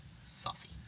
saucy